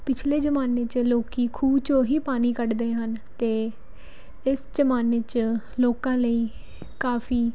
ਪਿਛਲੇ ਜ਼ਮਾਨੇ 'ਚ ਲੋਕ ਖੂਹ 'ਚੋਂ ਹੀ ਪਾਣੀ ਕੱਢਦੇ ਹਨ ਅਤੇ ਇਸ ਜ਼ਮਾਨੇ 'ਚ ਲੋਕਾਂ ਲਈ ਕਾਫੀ